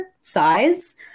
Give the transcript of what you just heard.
size